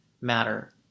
matter